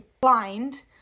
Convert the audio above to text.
blind